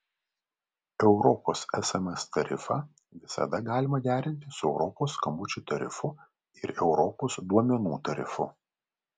europos sms tarifą visada galima derinti su europos skambučių tarifu ir europos duomenų tarifu